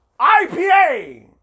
IPA